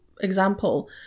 example